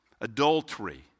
adultery